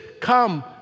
come